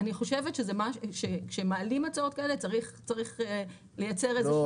אני חושבת שכשמעלים הצעות כאלה צריך לייצר איזה שהיא